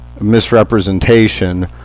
misrepresentation